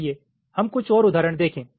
आइए हम कुछ और उदाहरण देखें